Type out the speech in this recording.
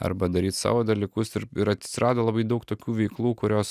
arba daryt savo dalykus ir ir atsirado labai daug tokių veiklų kurios